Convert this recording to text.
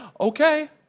Okay